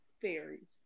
fairies